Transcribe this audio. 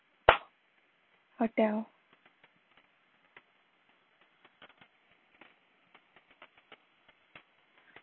hotel